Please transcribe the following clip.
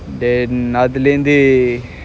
then அதுல இருந்து:athula irunthu